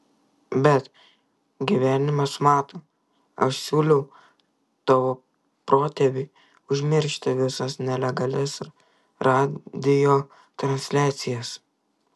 bet gyvenimas mato aš siūliau tavo protėviui užmiršti visas nelegalias radijo transliacijas